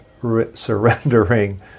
surrendering